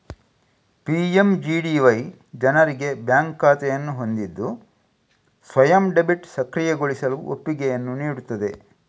PMGDY ಜನರಿಗೆ bank ಖಾತೆಯನ್ನು ಹೊಂದಿದ್ದು ಸ್ವಯಂ ಡೆಬಿಟ್ ಸಕ್ರಿಯಗೊಳಿಸಲು ಒಪ್ಪಿಗೆಯನ್ನು ನೀಡುತ್ತದೆ